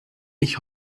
ich